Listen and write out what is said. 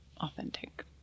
authentic